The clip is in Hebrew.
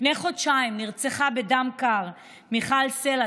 לפני חודשיים נרצחה בדם קר מיכל סלה,